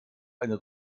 eine